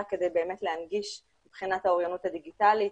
כדי באמת להדגיש מבחינת האוריינות הדיגיטלית.